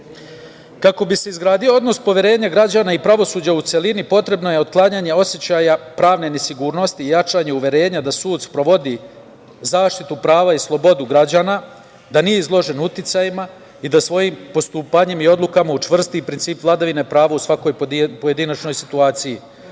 bi se izgradio odnos poverenja građana i pravosuđa u celini, potrebno je otklanjanje osećaja pravne nesigurnosti, jačanje uverenja da sud sprovodi zaštitu prava i slobodu građana, da nije izložen uticajima i da svojim postupanjem i odlukama učvrsti princip vladavine prava u svakoj pojedinačnoj situaciji.